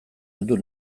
heldu